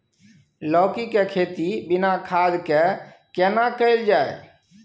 लौकी के खेती बिना खाद के केना कैल जाय?